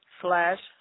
slash